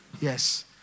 Yes